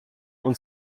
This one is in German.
und